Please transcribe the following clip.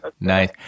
Nice